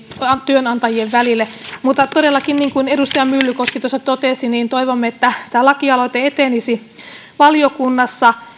työnantajien välille mutta todellakin niin kuin edustaja myllykoski tuossa totesi toivomme että tämä lakialoite etenisi valiokunnassa